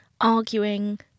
arguing